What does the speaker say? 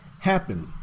happen